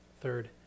Third